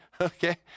Okay